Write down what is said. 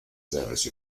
service